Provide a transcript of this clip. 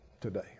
today